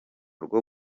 rwo